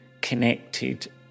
connected